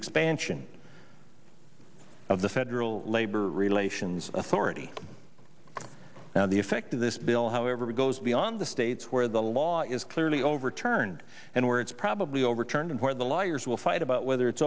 expansion of the federal labor relations authority now the effect of this bill however goes beyond the states where the law is clearly overturned and where it's probably overturned and where the lawyers will fight about whether it's